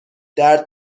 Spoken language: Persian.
درد